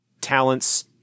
talents